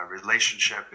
relationship